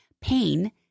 pain